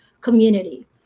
community